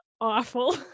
awful